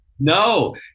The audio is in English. No